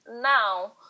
now